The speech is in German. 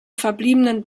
verbliebenen